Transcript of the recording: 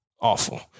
awful